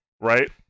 right